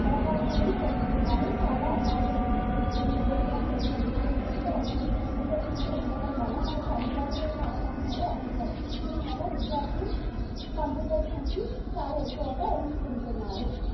అవకాశాలను పొందుతున్నారు చాలా మార్గ నిర్దేశనం చేస్తుంది సాంకేతిక రంగం విస్తరిస్తూ ఉండడం వల్ల మనకు అందుబాటులో ఉన్న అవకాశాలు అనంతం దీనివల్ల విద్యార్థులు కంప్యూటర్ సైన్స్ని చాలా ఎక్కువగా ఎంచుకుంటున్నారు